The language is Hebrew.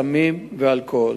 סמים ואלכוהול.